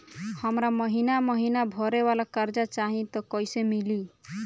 हमरा महिना महीना भरे वाला कर्जा चाही त कईसे मिली?